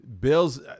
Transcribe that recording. Bills